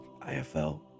IFL